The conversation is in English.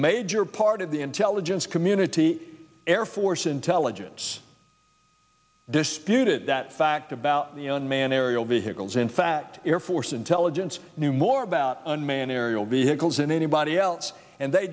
major part of the intelligence community air force intelligence disputed that fact about the unmanned aerial vehicles in fact air force intelligence knew more about unmanned aerial vehicles and anybody else and they